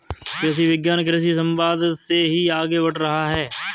कृषि विज्ञान कृषि समवाद से ही आगे बढ़ रहा है